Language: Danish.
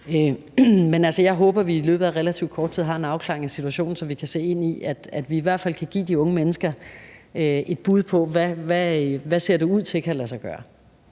jeg håber, at vi i løbet af relativt kort tid har en afklaring af situationen, så vi kan se ind i, at vi i hvert fald kan give de unge mennesker et bud på, hvad der ser ud til at kunne lade sig gøre.